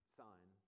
sign